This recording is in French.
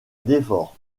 dévore